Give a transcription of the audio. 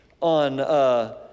on